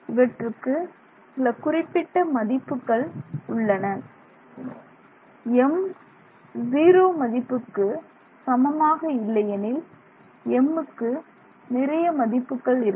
இவற்றுக்கு சில குறிப்பிட்ட மதிப்புகள் உள்ளன m 0 மதிப்புக்கு சமமாக இல்லையெனில் m க்கு நிறைய மதிப்புகள் இருக்கும்